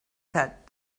said